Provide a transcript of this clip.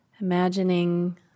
imagining